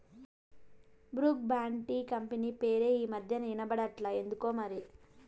Brooke Bond tea company పేరే ఈ మధ్యనా ఇన బడట్లా ఎందుకోమరి